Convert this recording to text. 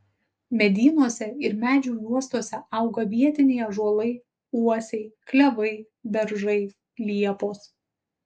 medynuose ir medžių juostose auga vietiniai ąžuolai uosiai klevai beržai liepos